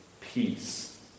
peace